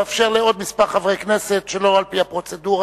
לאפשר לעוד מספר חברי כנסת שלא על-פי הפרוצדורה,